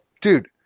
Dude